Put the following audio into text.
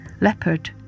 Leopard